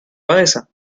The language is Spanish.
abadesa